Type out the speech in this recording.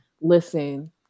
listen